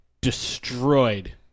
destroyed